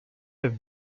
have